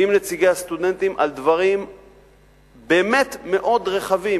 עם נציגי הסטודנטים באמת על דברים מאוד רחבים.